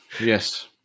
Yes